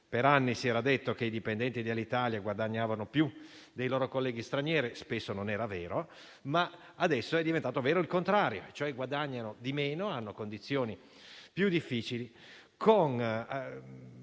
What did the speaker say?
Per anni si era detto che i dipendenti di Alitalia guadagnavano più dei loro colleghi stranieri, anche se spesso non era vero, ma adesso è diventato vero il contrario, nel senso che guadagnano di meno e hanno condizioni lavorative più difficili.